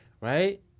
right